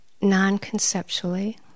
non-conceptually